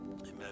Amen